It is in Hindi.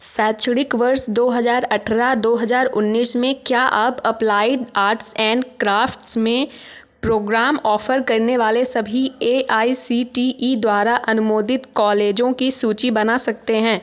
सैक्षणिक वर्ष दो हज़ार अट्ठारह दो हज़ार उन्नीस में क्या आप अप्लाइड आर्ट्स एंड क्राफ़्ट्स में प्रोग्राम ऑफ़र करने वाले सभी A I C T E द्वारा अनुमोदित कॉलेजों की सूची बना सकते हैं